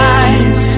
eyes